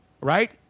right